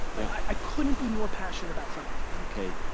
i couldn't be more passionate about something. okay.